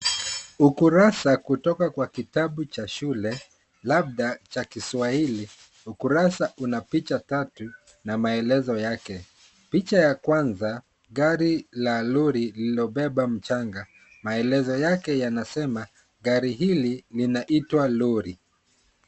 Ukurasa kutoka kwa kitabu cha shule labda wa kiswahili. Ukurasa una picha tatu na maelezo yake. Picha ya kwanza, gari la lori lililobeba mchaga. Maelezo yake yanasema, gari hili linaitwa lori.